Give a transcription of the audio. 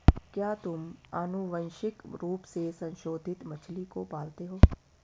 क्या तुम आनुवंशिक रूप से संशोधित मछली को पालते हो?